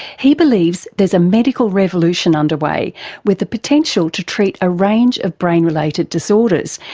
he believes there's a medical revolution underway with the potential to treat a range of brain related disorders,